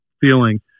feeling